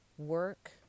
Work